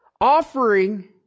offering